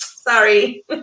Sorry